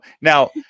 now